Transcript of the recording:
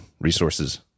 resources